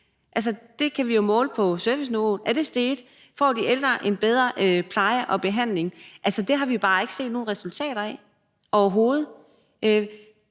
Det kan vi jo måle på serviceniveauet. Er det steget? Får de ældre en bedre pleje og behandling? Altså, det har vi bare ikke set nogen eksempler på, overhovedet.